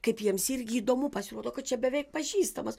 kaip jiems irgi įdomu pasirodo kad čia beveik pažįstamas